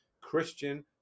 Christian